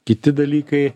kiti dalykai